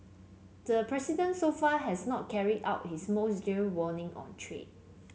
the president so far has not carried out his most dire warning on trade